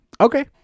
Okay